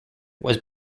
was